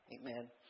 Amen